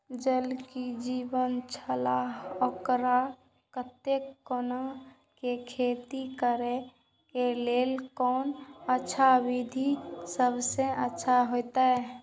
ज़ल ही जीवन छलाह ओकरा देखैत कोना के खेती करे के लेल कोन अच्छा विधि सबसँ अच्छा होयत?